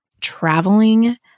traveling